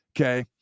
Okay